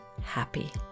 happy